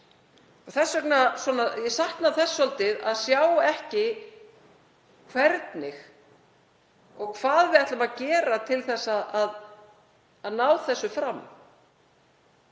þessum árangri. Ég sakna þess svolítið að sjá ekki hvernig og hvað við ætlum að gera til að ná þessu fram.